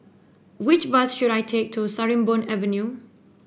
which bus should I take to Sarimbun Avenue